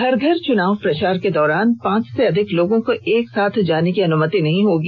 घर घर चनाव प्रचार के दौरान पांच से अधिक लोगों को एक साथ जाने की अनुमति नहीं दी जायेगी